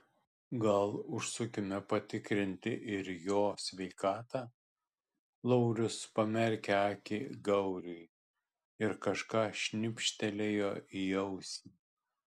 gal užsukime patikrinti ir jo sveikatą laurius pamerkė akį gauriui ir kažką šnibžtelėjo į ausį